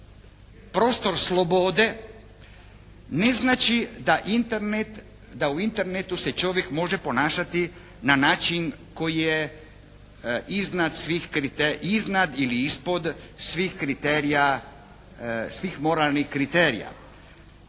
prostor slobode ne znači da u Internetu se čovjek može ponašati na način koji je iznad ili ispod svih kriterija,